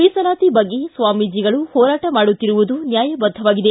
ಮೀಸಲಾತಿ ಬಗ್ಗೆ ಸ್ವಾಮೀಜಿಗಳು ಹೋರಾಟ ಮಾಡುತ್ತಿರುವುದು ನ್ಯಾಯಬದ್ಧವಾಗಿದೆ